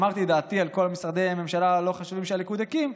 אמרתי את דעתי על כל משרדי הממשלה הלא-חשובים שהליכוד הקים,